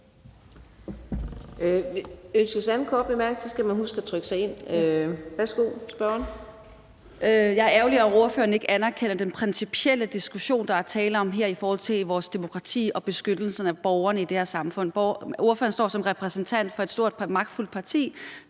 Jeg er ærgerlig over, at ordføreren ikke anerkender den principielle diskussion, der er tale om her i forhold til vores demokrati og beskyttelsen af borgerne i det her samfund, hvor ordføreren står som repræsentant for et stort, magtfuldt parti.